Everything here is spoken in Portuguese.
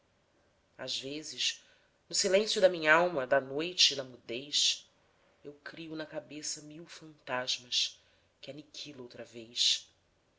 às vezes no silêncio da minhalma da noite na mudez eu crio na cabeça mil fantasmas que aniquilo outra vez